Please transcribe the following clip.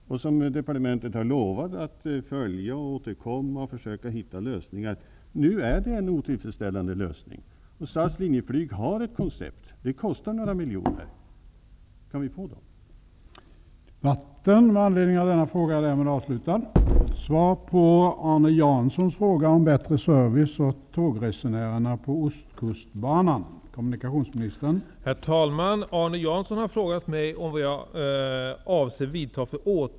Departementet har lovat att följa frågan, att återkomma och försöka hitta lösningar. Nu har vi en otillfredsställande lösning. SAS-Linjeflyg har ett koncept. Det kostar några miljoner.